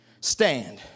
stand